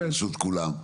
ברשות כולם.